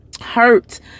hurt